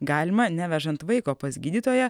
galima nevežant vaiko pas gydytoją